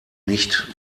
nicht